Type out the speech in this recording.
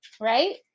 right